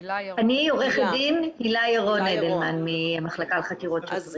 עורכת דין הלה ירון אדלמן מהמחלקה לחקירות שוטרים.